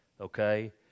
okay